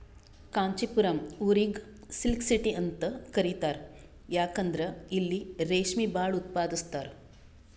ಕಾಂಚಿಪುರಂ ಊರಿಗ್ silk city ಅಂತ್ ಕರಿತಾರ್ ಯಾಕಂದ್ರ್ ಇಲ್ಲಿ ರೇಶ್ಮಿ ಭಾಳ್ ಉತ್ಪಾದಸ್ತರ್